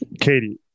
Katie